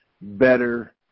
better